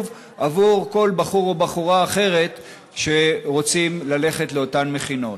עבור כל בחור ובחורה אחרים שרוצים ללכת לאותן מכינות.